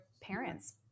parents